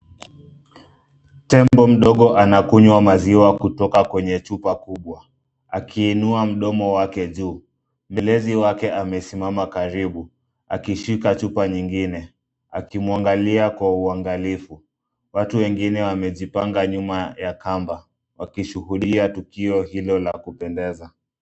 Tembo mdogo anakunywa maziwa kutoka kwenye chupa kubwa akiinua mdomo wake juu. Mlezi wake amesimama karibu akishika chupa nyingine akimwangalia kwa uangalifu. Watu wengine wamejipana nyuma ya kamba wakishuhudia tukio hilo la kupendeza.